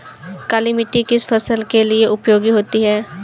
काली मिट्टी किस फसल के लिए उपयोगी होती है?